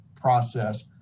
process